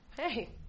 Hey